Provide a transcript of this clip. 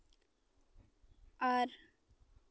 ᱟᱨ